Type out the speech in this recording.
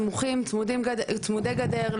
סמוכים, צמודי גדר.